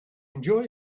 enjoy